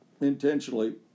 intentionally